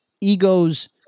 egos